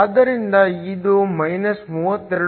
ಆದ್ದರಿಂದ ಇದು 32